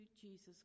Jesus